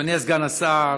אדוני סגן השר,